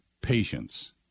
patience